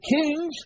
kings